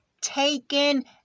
taken